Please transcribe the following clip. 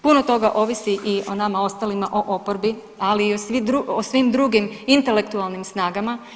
Puno toga ovisi i o nama ostalima o oporbi, ali i o svim drugim intelektualnim snagama.